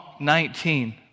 19